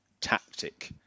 tactic